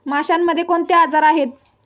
माशांमध्ये कोणते आजार आहेत?